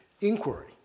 inquiry